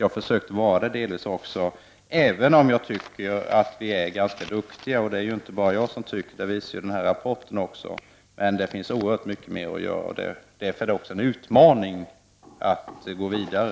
Jag försökte delvis också vara självkritisk, även om jag tycker att vi är ganska duktiga — det är det inte bara jag som tycker, det visar också Europarådsrapporten. Det finns oerhört mycket mer att göra, och det är också en utmaning att gå vidare.